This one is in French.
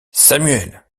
samuel